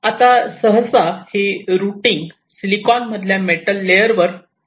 आता सहसा ही रुटींग सिलिकॉन मधील मेटलच्या लेअर वर चालविली जाते